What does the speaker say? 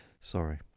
Sorry